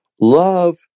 love